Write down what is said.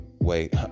wait